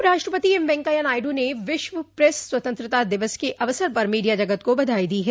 उपराष्ट्रपति एम वेंकैया नायडू ने विश्व प्रेस स्वतंत्रता दिवस के अवसर पर मीडिया जगत को बधाई दी है